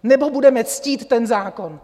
Nebo budeme ctít ten zákon?